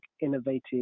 innovative